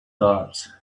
thoughts